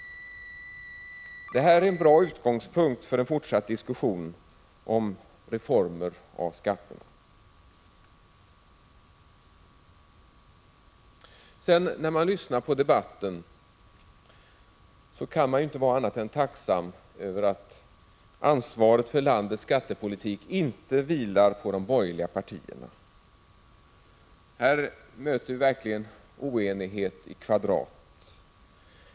Detta är en bra utgångspunkt för en fortsatt diskussion om reformer av skattesystemet. När man lyssnar på debatten kan man inte vara annat än tacksam över att ansvaret för landets skattepolitik inte vilar på de borgerliga partierna. Här möter vi verkligen oenighet i kvadrat.